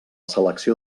selecció